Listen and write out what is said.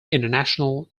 international